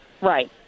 Right